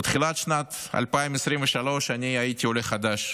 בתחילת שנת 2003 אני הייתי עולה חדש,